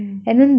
mm